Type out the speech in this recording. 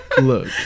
Look